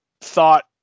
thought